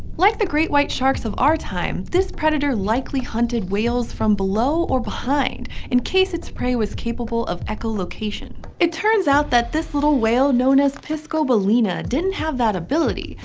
like the great white sharks of our times, this predator likely hunted whales from below or behind, in case its prey was capable of echolocation. it turns out that this little whale, known as piscobalaena, didn't have that ability,